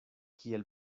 kiel